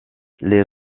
les